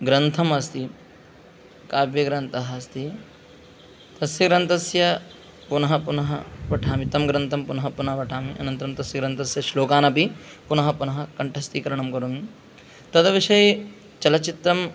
ग्रन्थम् अस्ति काव्यग्रन्थः अस्ति तस्य ग्रन्थस्य पुनः पुनः पठामि तं ग्रन्थं पुनः पुनः पठामि अनन्तरं तस्य ग्रन्थस्य श्लोकान्नपि पुनः पुनः कण्ठस्थीकरणं करोमि तद्विषये चलचित्रं